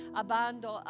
abando